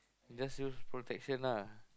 just use protection lah